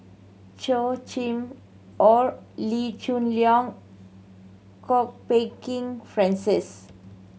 chaw Chim Or Lee choon Leong Kwok Peng Kin Francis